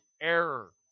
error